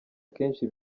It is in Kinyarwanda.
akenshi